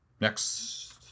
next